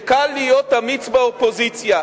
שקל להיות אמיץ באופוזיציה,